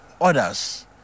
others